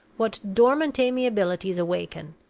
what dormant amiabilities awaken,